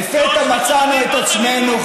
לפתע מצאנו את עצמנו,